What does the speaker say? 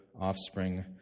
offspring